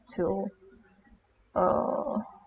to uh